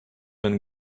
been